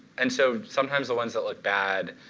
and so sometimes the ones that look bad,